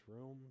room